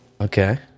Okay